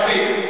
מספיק.